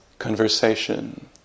conversation